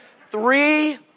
Three